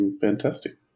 Fantastic